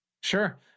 Sure